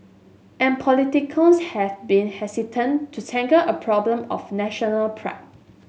and politicians have been hesitant to tackle a problem of national pride